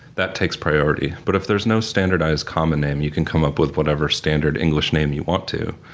that takes priority, but if there's no standardized common name you can come up with whatever standard english name you want to.